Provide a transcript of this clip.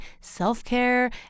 self-care